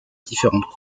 différentes